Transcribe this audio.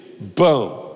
boom